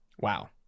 Wow